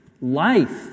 Life